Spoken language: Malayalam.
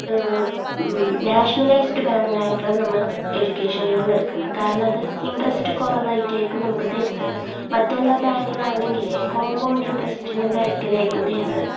നാഷണലൈസ്ഡ് ബാങ്കിൽ നിന്നായിരിക്കണം നമ്മൾ എഡ്യൂക്കേഷൻ ലോണ് എടുക്കുന്നത് കാരണം അത് ഇൻ്ററസ്റ്റ് കുറവായിട്ടായിരിക്കും നമുക്ക് തരുന്നത് മറ്റെല്ലാ ബാങ്കിലാണെങ്കിൽ കോമ്പൗണ്ട് ഇൻ്ററസ്റ്റിൻ്റെ നിരക്കിലായിരിക്കും തരുന്നത്